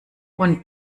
und